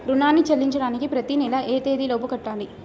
రుణాన్ని చెల్లించడానికి ప్రతి నెల ఏ తేదీ లోపు కట్టాలి?